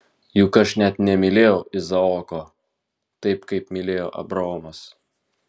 juk aš net nemylėjau izaoko taip kaip mylėjo abraomas